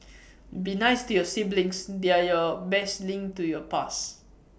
be nice to your siblings they're your best link to your past